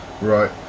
Right